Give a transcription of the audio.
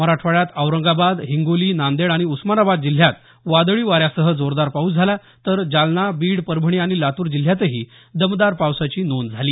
मराठवाड्यात औरंगाबाद हिंगोली नांदेड आणि उस्मानाबाद जिल्ह्यांत वादळी वाऱ्यासह जोरदार पाऊस झाला तर जालना बीड परभणी आणि लातूर जिल्ह्यातही दमदार पावसाची नोंद झाली